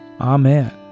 Amen